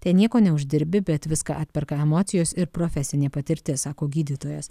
tai nieko neuždirbi bet viską atperka emocijos ir profesinė patirtis sako gydytojas